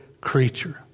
creature